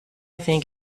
think